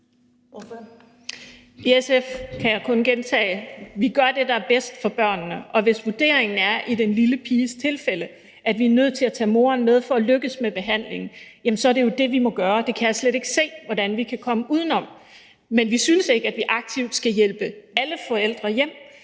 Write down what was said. kun gentage, gør vi det, der er bedst for børnene. Og hvis vurderingen er – som i den lille piges tilfælde – at vi er nødt til at tage moderen med for at lykkes med behandlingen, så er det jo det, vi må gøre. Det kan jeg slet ikke se hvordan vi kan komme udenom. Vi synes ikke, at vi aktivt skal hjælpe alle forældre hjem,